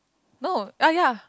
no ya ya